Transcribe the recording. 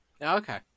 Okay